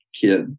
kid